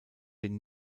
den